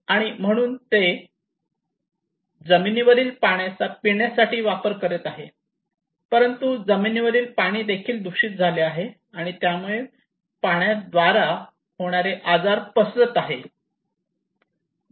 आणि म्हणून ते जमिनीवरील पाण्याचा पिण्यासाठी वापर करत आहे परंतु जमिनीवरील पाणी देखील दूषित झाले आहे आणि त्यामुळे पाण्या द्वारे होणारे आजार पसरत आहेत